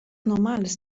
normales